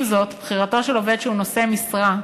עם זאת, בחירתו של עובד שהוא נושא משרה,